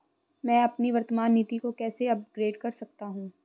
मैं अपनी वर्तमान नीति को कैसे अपग्रेड कर सकता हूँ?